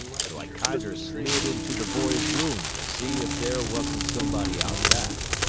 so i kinder slid into the boy's room to see if there wasn't somebody out back.